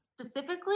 Specifically